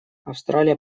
австралия